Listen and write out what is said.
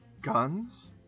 Guns